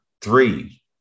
three